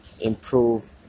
improve